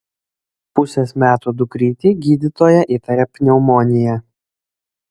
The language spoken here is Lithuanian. pusės metų dukrytei gydytoja įtaria pneumoniją